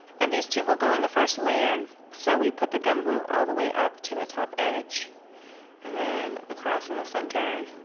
and these two will go in the first layer. so we put the gum glue all the way up to the top edge and then the cross in the center